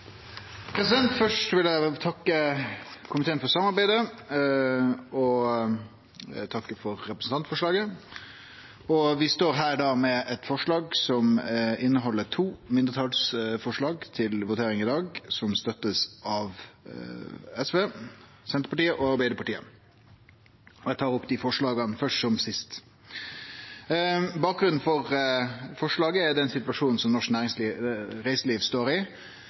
to mindretalsforslag til votering i dag, og dei blir støtta av SV, Senterpartiet og Arbeidarpartiet. Eg tek opp dei forslaga først som sist. Bakgrunnen for forslaget er den situasjonen som norsk reiseliv står i,